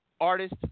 artist